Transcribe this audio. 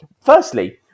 firstly